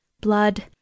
Blood